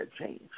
change